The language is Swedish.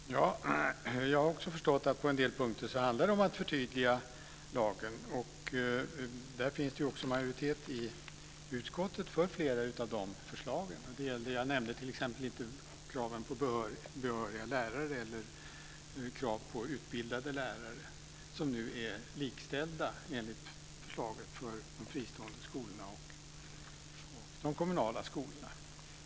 Fru talman! Jag har också förstått att det på en del punkter handlar om att förtydliga lagen. Det finns också majoritet i utskottet för flera av de förslagen. Jag nämnde t.ex. inte kraven på behöriga lärare eller kraven på utbildade lärare som enligt förslaget är likställda för de fristående skolorna och de kommunala skolorna.